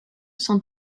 cent